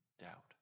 doubt